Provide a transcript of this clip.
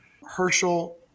Herschel